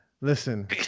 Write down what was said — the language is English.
listen